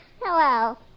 Hello